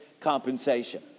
compensation